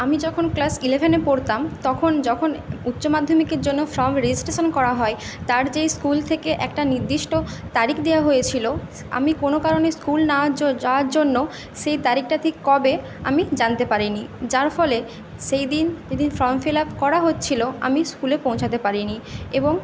আমি যখন ক্লাস ইলেভেনে পড়তাম তখন যখন উচ্চ মাধ্যমিকের জন্য ফর্ম রেজিস্ট্রেশন করা হয় তার যেই স্কুল থেকে একটা নির্দিষ্ট তারিখ দেওয়া হয়েছিলো আমি কোনো কারণে স্কুল না যাওয়ার জন্য সেই তারিখটা ঠিক কবে আমি জানতে পারি নি যার ফলে সেইদিন যেদিন ফর্ম ফিল আপ করা হচ্ছিলো আমি স্কুলে পৌঁছাতে পারিনি এবং